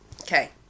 Okay